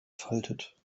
faltet